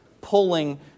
pulling